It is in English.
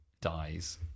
dies